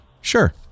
Sure